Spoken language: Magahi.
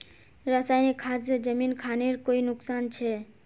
रासायनिक खाद से जमीन खानेर कोई नुकसान छे?